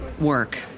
work